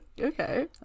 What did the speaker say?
Okay